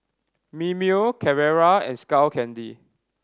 Mimeo Carrera and Skull Candy